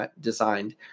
designed